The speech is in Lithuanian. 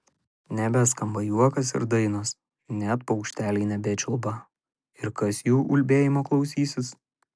nebeskamba juokas ir dainos net paukšteliai nebečiulba ir kas jų ulbėjimo klausysis